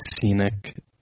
scenic